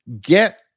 Get